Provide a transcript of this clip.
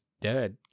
dead